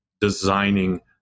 designing